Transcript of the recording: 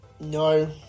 no